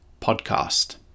podcast